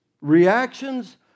Reactions